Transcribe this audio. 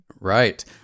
Right